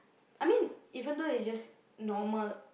I mean even though it's just normal